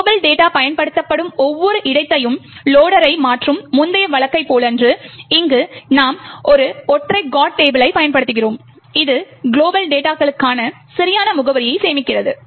global data பயன்படுத்தப்படும் ஒவ்வொரு இடத்தையும் லொடர்ரை மாற்றும் முந்தைய வழக்கைப் போலன்றி இங்கே நாம் ஒரு ஒற்றை GOT டேபிளை பயன்படுத்துகிறோம் இது குளோபல் டேட்டாகளுக்கான சரியான முகவரியை சேமிக்கிறது